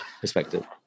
perspective